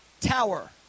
tower